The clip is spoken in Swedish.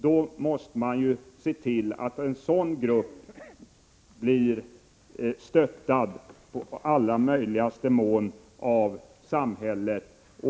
Då måste vi se till att en sådan grupp blir stöttad av samhället.